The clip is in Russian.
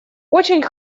очень